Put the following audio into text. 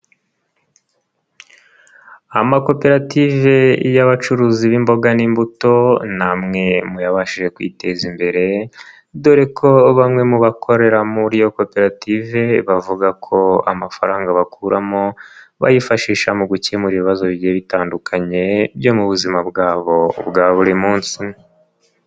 Amakoperative y'abacuruzi b'imboga n'imbuto ni amwe mu yababashije kwiteza imbere dore ko bamwe mu bakorera muri iyo koperative bavuga ko amafaranga bakuramo, bayifashisha mu gukemura ibibazo bitandukanye byo mu buzima bwabo bwa buri munsi.